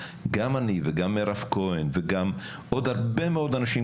גם אני וגם מירב כהן וגם עוד הרבה מאוד אנשים,